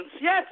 Yes